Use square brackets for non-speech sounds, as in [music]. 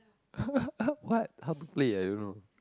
[laughs] what how to play I don't know